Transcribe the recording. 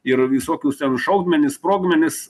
ir visokius ten šaudmenis sprogmenis